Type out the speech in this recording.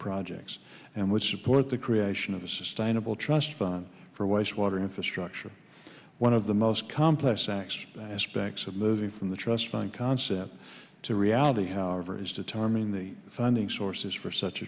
projects and would support the creation of a sustainable trust fund for waste water infrastructure one of the most complex acts aspects of moving from the trust fund concept to reality however is determining the funding sources for such a